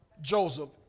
Joseph